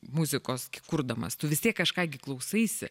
muzikos kurdamas tu vis tiek kažką gi klausaisi